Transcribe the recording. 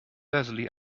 leslie